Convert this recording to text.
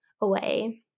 away